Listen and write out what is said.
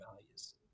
values